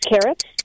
Carrots